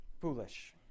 foolish